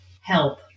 help